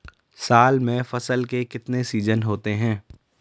साल में फसल के कितने सीजन होते हैं?